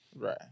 Right